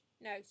no